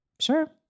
Sure